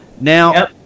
Now